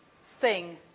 Sing